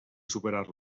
superar